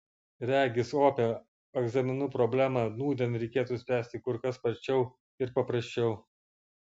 regis opią egzaminų problemą nūdien reikėtų spręsti kur kas sparčiau ir paprasčiau